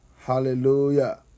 hallelujah